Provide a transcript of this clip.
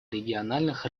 региональных